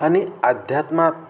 आणि अध्यात्मात